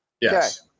Yes